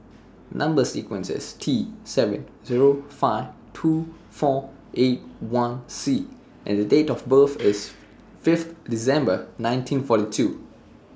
Number sequence IS T seven Zero five two four eight one C and The Date of birth IS Fifth December nineteen forty two